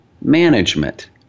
management